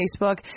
Facebook